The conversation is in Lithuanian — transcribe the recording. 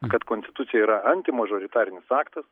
kad konstitucija yra antimažoritarinis aktas